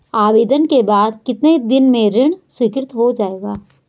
आवेदन के बाद कितने दिन में ऋण स्वीकृत हो जाएगा?